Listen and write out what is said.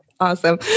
awesome